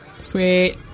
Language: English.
Sweet